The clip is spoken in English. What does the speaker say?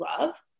love